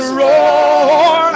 roar